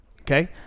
Okay